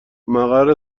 مقر